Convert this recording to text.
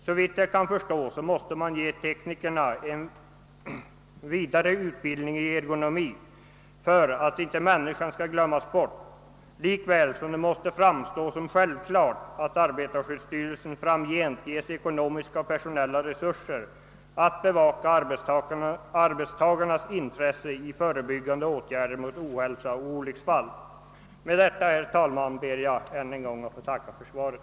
Såvitt jag kan förstå måste man ge teknikerna en vidare utbildning i ergonomi för att inte människan skall glömmas bort, lika väl som det måste framstå som självklart att åt arbetarskyddsstyrelsen framgent ges ekonomiska och personella resurser att bevaka arbetstagarnas intresse av förebyggande åtgärder mot ohälsa och olycksfall. Med detta ber jag att än en gång få tacka för svaret.